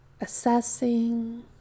Assessing